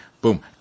boom